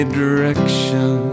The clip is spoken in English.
direction